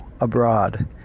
abroad